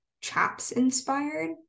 chaps-inspired